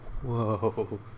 Whoa